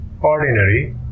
ordinary